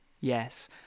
yes